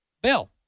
Bill